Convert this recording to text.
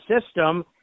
system